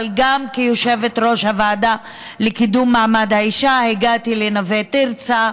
אבל גם כיושבת-ראש הוועדה לקידום מעמד האישה הגעתי לנווה תרצה,